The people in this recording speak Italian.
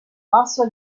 basso